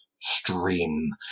stream